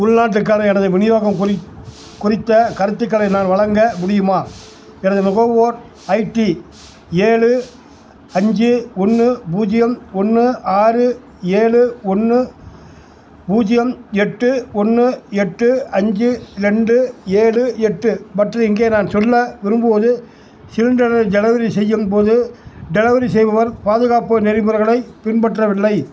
உள்நாட்டுக்கான எனது விநியோகம் குறித் குறித்த கருத்துக்களை நான் வழங்க முடியுமா எனது நுகர்வோர் ஐடி ஏழு அஞ்சு ஒன்று பூஜ்ஜியம் ஒன்று ஆறு ஏழு ஒன்று பூஜ்ஜியம் எட்டு ஒன்று எட்டு அஞ்சு ரெண்டு ஏழு எட்டு மற்றும் இங்கே நான் சொல்ல விரும்புவது சிலிண்டரை டெலவரி செய்யும் போது டெலவரி செய்பவர் பாதுகாப்பு நெறிமுறைகளைப் பின்பற்றவில்லை